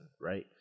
right